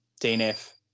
DNF